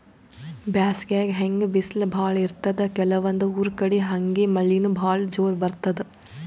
ಬ್ಯಾಸ್ಗ್ಯಾಗ್ ಹೆಂಗ್ ಬಿಸ್ಲ್ ಭಾಳ್ ಇರ್ತದ್ ಕೆಲವಂದ್ ಊರ್ ಕಡಿ ಹಂಗೆ ಮಳಿನೂ ಭಾಳ್ ಜೋರ್ ಬರ್ತದ್